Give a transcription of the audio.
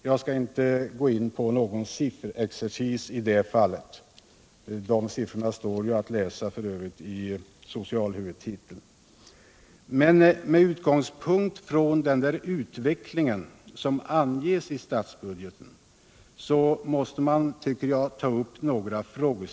Jag skall inte ge mig in på någon sifferexercis i detta fall. Siffrorna finns f. ö. att läsa i socialhuvudtiteln. Men med utgångspunkt i den utveckling som anges i statsbudgeten måste man, enligt min mening, ta upp några frågor.